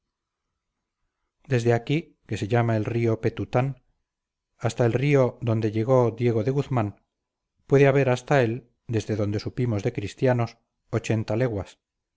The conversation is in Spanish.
desde aquí que se llama el río petután hasta el río donde llegó diego de guzmán puede haber hasta él desde donde supimos de cristianos ochenta leguas